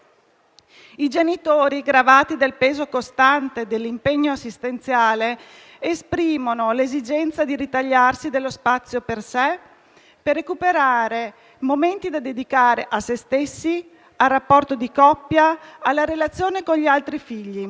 I genitori, gravati dal peso costante dell'impegno assistenziale, esprimono l'esigenza di ritagliarsi dello spazio per sé e recuperare momenti da dedicare a se stessi, al rapporto di coppia e alla relazione con gli altri figli.